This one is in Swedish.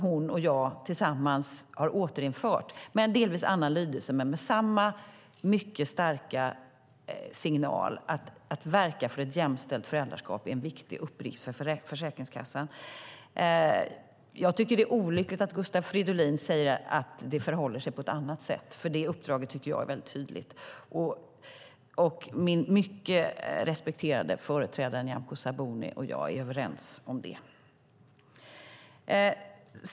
Hon och jag tillsammans har återinfört den med en delvis annan lydelse men med samma mycket starka signal: Att verka för ett jämställt föräldraskap är en viktig uppgift för Försäkringskassan. Jag tycker att det är olyckligt att Gustav Fridolin säger att det förhåller sig på ett annat sätt, för det uppdraget tycker jag är mycket tydligt. Min mycket respekterade företrädare Nyamko Sabuni och jag är överens om det.